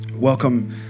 Welcome